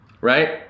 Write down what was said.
Right